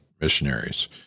missionaries